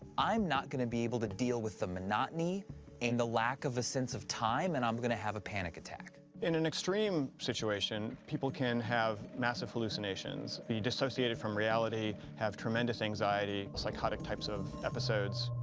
i'm not gonna be able to deal with the monotony and the lack of a sense of time, and i'm gonna have a panic attack. in an extreme situation, people can have massive hallucinations, be dissociated from reality, have tremendous anxiety, psychotic types of episodes.